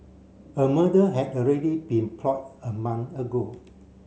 a murder had already been plot a month ago